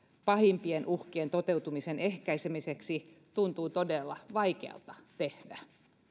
pahimpien uhkien toteutumisen ehkäisemiseksi tuntuu todella vaikealta tehdä